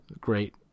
Great